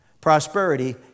prosperity